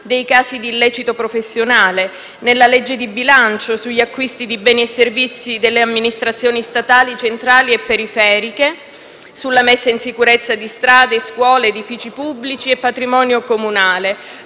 dei casi d'illecito professionale; nella legge di bilancio, sugli acquisti di beni e servizi delle amministrazioni statali, centrali e periferiche; sulla messa in sicurezza di strade, scuole, edifici pubblici e patrimonio comunale;